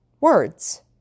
words